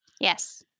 Yes